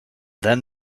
then